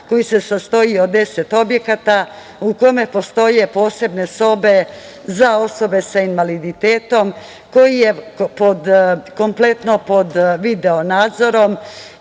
koji se sastoji od 10 objekata u kome postoje posebne sobe za osobe sa invaliditetom, koji je kompletno pod video nadzorom